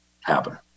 happen